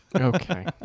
okay